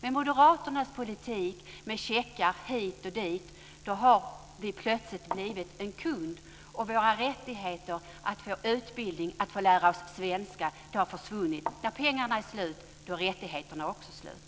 Med Moderaternas politik med checkar hit och dit har vi dock plötsligt blivit kunder, och våra rättigheter när det gäller att få utbildning och lära oss svenska har försvunnit. När pengarna är slut är också rättigheterna slut.